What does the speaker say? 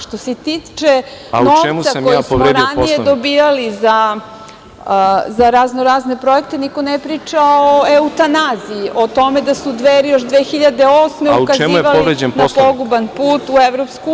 Što se tiče novca koji smo ranije dobijali za razno-razne projekte, niko ne priča o „Eutanaziji“, o tome da su Dveri još 2008. godine ukazivali na poguban put u EU.